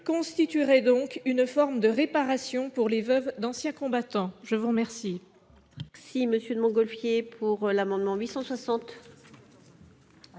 constituerait une forme de réparation pour les veuves d'anciens combattants. L'amendement